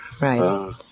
right